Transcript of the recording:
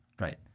Right